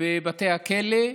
בבתי הכלא,